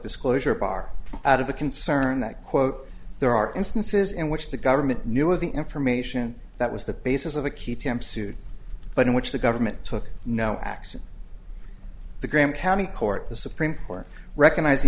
disclosure bar out of the concern that quote there are instances in which the government knew of the information that was the basis of the keep them sued but in which the government took no action the graham county court the supreme court recognized the